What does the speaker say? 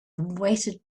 weighted